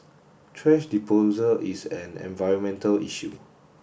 trash disposal is an environmental issue